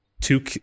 two